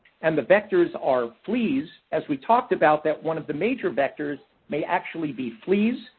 and the vectors are fleas, as we talked about, that one of the major vectors may actually be fleas,